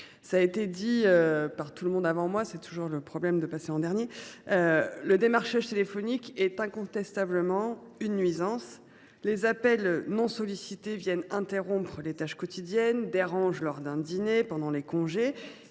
tous les orateurs qui m’ont précédée – c’est le problème de passer en dernier –, le démarchage téléphonique est incontestablement une nuisance. Les appels non sollicités viennent interrompre des tâches quotidiennes, dérangent lors d’un dîner ou pendant les congés.